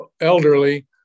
elderly